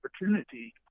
opportunity